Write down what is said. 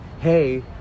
Hey